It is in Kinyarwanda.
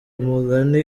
umugani